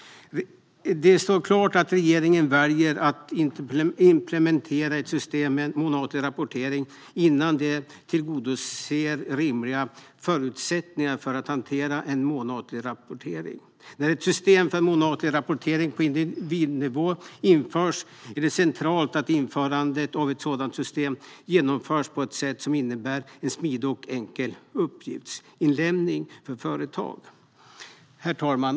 Det står klart att regeringen väljer att implementera ett system med månatlig rapportering innan den tillgodoser rimliga förutsättningar för att hantera månatlig rapportering. När ett system för månatlig rapportering på individnivå införs är det centralt att det genomförs på ett sätt som innebär en smidig och enkel uppgiftsinlämning för företagen. Herr talman!